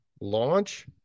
launch